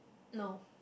no